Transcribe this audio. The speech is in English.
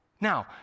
Now